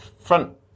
front